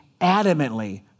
adamantly